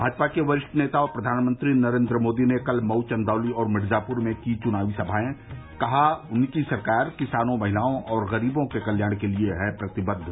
भाजपा के वरिष्ठ नेता और प्रधानमंत्री नरेन्द्र मोदी ने कल मऊ चंदौली और मिर्जापूर में की चुनावी सभाएं कहा उनकी सरकार किसानों महिलाओं और गरीबों के कल्याण के लिए है प्रतिबद्ध